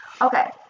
okay